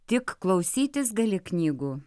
tik klausytis gali knygų